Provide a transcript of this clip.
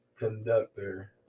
Conductor